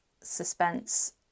suspense